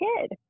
kid